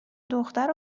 دختر